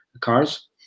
cars